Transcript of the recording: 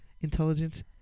intelligence